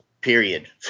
period